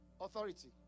authority